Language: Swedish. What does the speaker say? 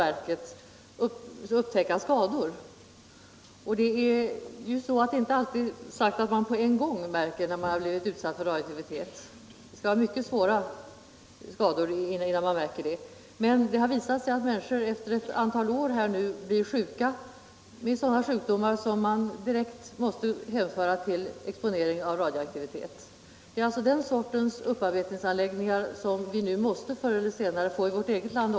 Det är inte sagt att den som har blivit utsatt för radioaktivitet märker det på en gång. Skadorna hinner bli mycket svåra innan man upptäcker dem. Det har visat sig att människor blir sjuka efter ett antal år med skador som man direkt måste hänföra till exponering för radioaktivitet. Det är den sortens upparbetningsanläggningar som vi förr eller senare måste få också i vårt land.